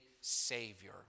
savior